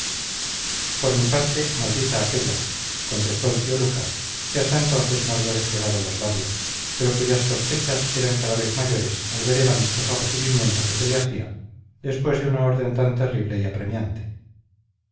por mi parte maldita aquélla contestó el tío lucas que hasta entonces no había despegado los labios pero cuyas sospechas eran cada vez mayores al ver el amistoso recibimiento que se le hacía después de una orden tan terrible y apremiante